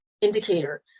indicator